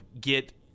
get